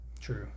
True